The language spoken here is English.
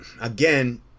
again